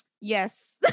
yes